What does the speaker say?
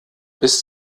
bis